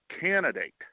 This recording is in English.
candidate